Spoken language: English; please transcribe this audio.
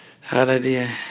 Hallelujah